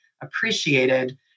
appreciated